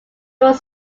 was